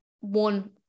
one